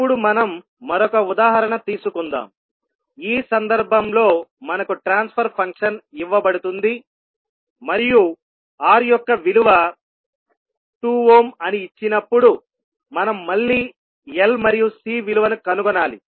ఇప్పుడు మనం మరొక ఉదాహరణ తీసుకుందాం ఈ సందర్భంలో మనకు ట్రాన్స్ఫర్ ఫంక్షన్ ఇవ్వబడుతుంది మరియు R యొక్క విలువ 2 ఓమ్ అని ఇచ్చినప్పుడు మనం మళ్ళీ L మరియు C విలువను కనుగొనాలి